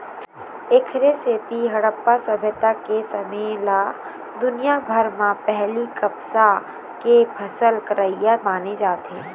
एखरे सेती हड़प्पा सभ्यता के समे ल दुनिया भर म पहिली कपसा के फसल करइया माने जाथे